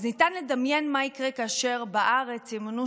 אז ניתן לדמיין מה יקרה כאשר בארץ ימונו